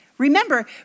Remember